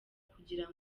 kugira